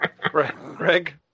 Greg